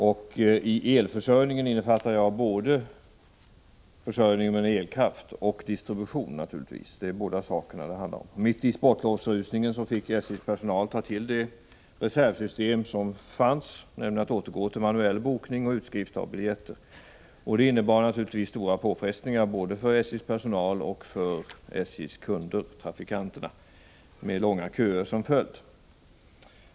I begreppet elförsörjning innefattar jag naturligtvis både försörjningen med elkraft och distributionen av den. Mitt i sportlovsrusningen fick SJ:s personal ta till det reservsystem som fanns, nämligen manuell bokning och utskrift av biljetter. Det innebar givetvis stora påfrestningar både för SJ:s personal och, till följd av de långa köerna, för dess kunder, dvs. trafikanterna.